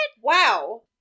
Wow